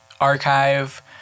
archive